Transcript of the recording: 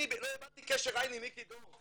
אני לא איבדתי קשר עין עם מיקי דור.